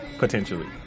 Potentially